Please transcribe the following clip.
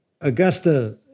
Augusta